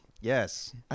Yes